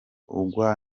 ugwa